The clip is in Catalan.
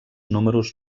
números